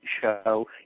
show